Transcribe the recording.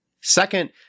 Second